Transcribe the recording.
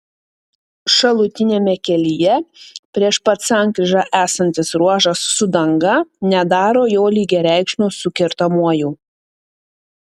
šalutiniame kelyje prieš pat sankryžą esantis ruožas su danga nedaro jo lygiareikšmio su kertamuoju